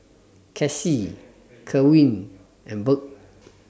Cassie Kerwin and Birt